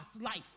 life